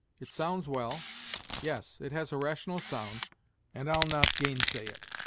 it sounds well yes, it has a rational sound and i'll not gainsay it.